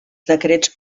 decrets